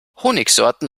honigsorten